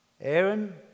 Aaron